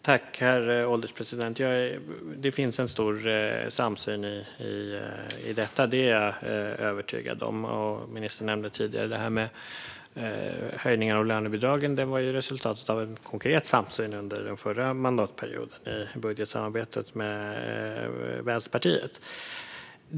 Herr ålderspresident! Det finns en stor samsyn i detta, det är jag övertygad om. Ministern nämnde tidigare höjningen av lönebidragen. Den var ju resultatet av en konkret samsyn under förra mandatperioden i budgetsamarbetet med Vänsterpartiet.